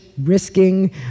risking